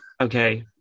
okay